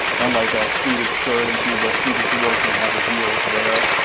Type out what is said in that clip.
and like, a pleated skirt, and she would wear sneakers to work, then have her heels there.